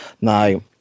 Now